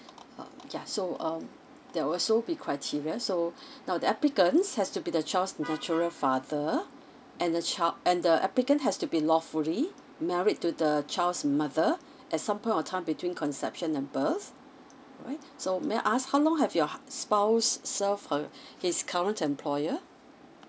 uh ya so um there will also be criteria so now the applicants has to be the child's natural father and the child and the applicant has to been lawfully married to the child's mother at some point of time between conception and birth alright so may I ask how long have your hus~ spouse serve her his current employer